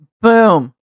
Boom